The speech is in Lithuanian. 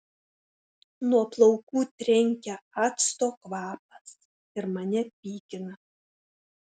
nuo plaukų trenkia acto kvapas ir mane pykina